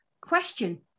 question